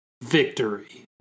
Victory